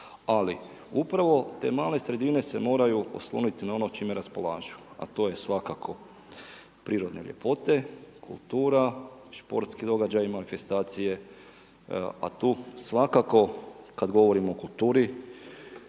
ali upravo te male sredine se moraju osloniti na ono čime raspolažu a to je svakako prirodne ljepote, kultura, športski događaji, manifestacije a tu svakako kad govorimo o kulturi